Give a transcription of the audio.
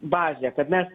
bazę kad mes